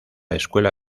escuela